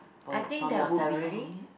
for your from your salary